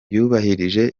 yubahirije